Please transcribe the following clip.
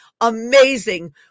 amazing